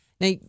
now